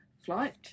flight